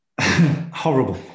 Horrible